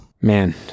man